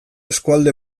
eskualde